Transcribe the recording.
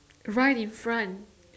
right infront